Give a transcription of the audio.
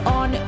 on